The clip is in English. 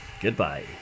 goodbye